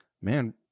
man